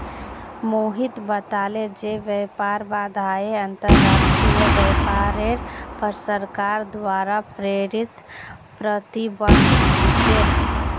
मोहित बताले जे व्यापार बाधाएं अंतर्राष्ट्रीय व्यापारेर पर सरकार द्वारा प्रेरित प्रतिबंध छिके